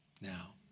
Now